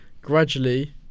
Gradually